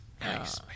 Nice